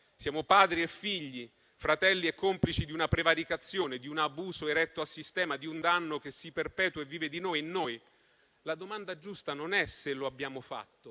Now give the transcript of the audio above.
Siamo padri e figli, fratelli e complici di una prevaricazione, di un abuso eretto a sistema, di un danno che si perpetua e vive di noi e in noi? La domanda giusta non è se lo abbiamo fatto,